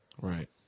Right